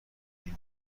اون